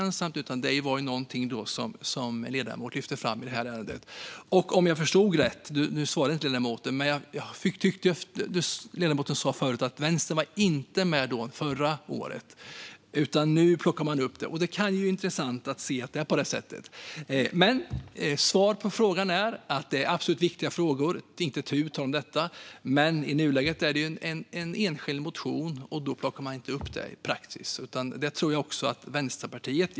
Nu svarade inte ledamoten på min fråga, men jag tyckte att hon tidigare sa att Vänstern inte stod bakom detta förra året utan plockar upp detta nu. Det är intressant att det är på det sättet. Men svaret på frågan är att detta är en viktig fråga. Det är inte tu tal om detta. Men i nuläget är det en enskild motion och då är praxis att partiet inte plockar upp den. Jag vet inte hur det är i Vänsterpartiet.